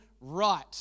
right